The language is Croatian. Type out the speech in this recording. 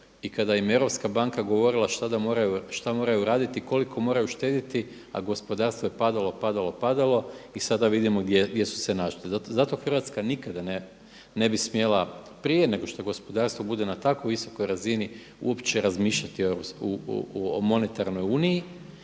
i kada im je europska banka govorila šta moraj raditi, koliko moraju štedjeti a gospodarstvo je padalo, padalo, padalo i sada vidimo gdje su se našli. Zato Hrvatska nikada ne bi smjela, prije nego što gospodarstvo bude na tako visokoj razini uopće razmišljati o monetarnoj uniji